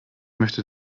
möchte